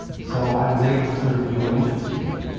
so i was able to sort of do what interested me.